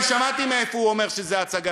אני שמעתי מאיפה הוא אומר שזו הצגה.